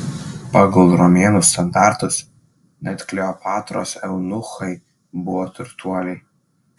pagal romėnų standartus net kleopatros eunuchai buvo turtuoliai